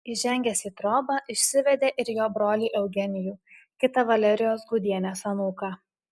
įžengęs į trobą išsivedė ir jo brolį eugenijų kitą valerijos gudienės anūką